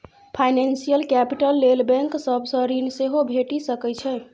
financial capital लेल bank सब सँ ऋण सेहो भेटि सकै छै